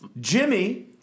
Jimmy